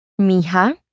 Mija